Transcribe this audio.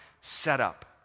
setup